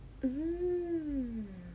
mmhmm